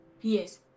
yes